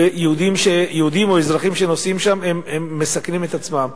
ויהודים או אזרחים שנוסעים שם מסכנים את עצמם.